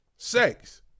sex